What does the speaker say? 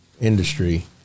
industry